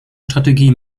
strategie